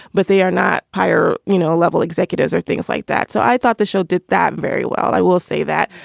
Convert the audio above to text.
but they are not higher you know level executives or things like that. so i thought the show did that very well. i will say that.